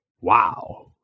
wow